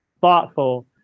thoughtful